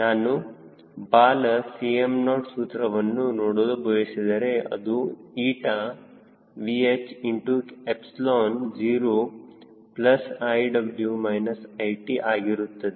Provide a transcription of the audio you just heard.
ನಾನು ಬಾಲ Cm0 ಸೂತ್ರವನ್ನು ನೋಡಲು ಬಯಸಿದರೆ ಅದು ಇಟ Vh into epsilon 0 plus iw minus i t ಆಗಿರುತ್ತದೆ